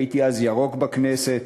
הייתי אז ירוק בכנסת.